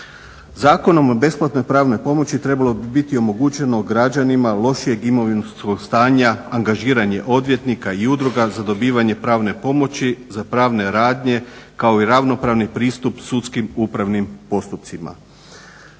Zakonom o besplatnoj pravnoj pomoći trebalo bi biti omogućeno građanima lošijeg imovinskog stanja angažiranje odvjetnika i udruga za dobivanje pravne pomoći za pravne radnje kao i ravnopravni pristup sudskim upravnim postupcima.